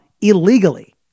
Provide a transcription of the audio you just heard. illegally